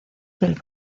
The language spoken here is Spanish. del